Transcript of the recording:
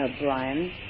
Brian